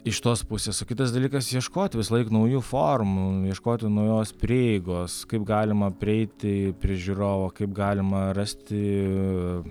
iš tos pusės o kitas dalykas ieškot visąlaik naujų formų ieškoti naujos prieigos kaip galima prieiti prie žiūrovo kaip galima rasti